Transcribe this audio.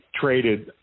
traded